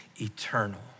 eternal